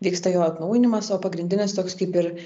vyksta jo atnaujinimas o pagrindinis toks kaip ir